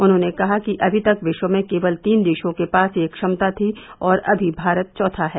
उन्होंने कहा कि अभी तक विश्व में केवल तीन देशों के पास यह क्षमता था और अभी भारत चौथा है